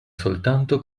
soltanto